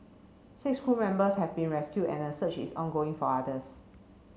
six crew members have been rescued and a search is ongoing for others